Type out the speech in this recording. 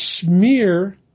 smear